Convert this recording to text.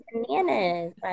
bananas